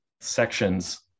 sections